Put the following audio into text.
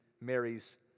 Mary's